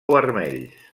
vermells